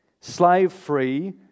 slave-free